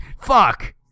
Fuck